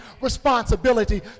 responsibility